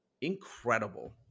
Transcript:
incredible